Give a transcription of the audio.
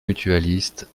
mutualistes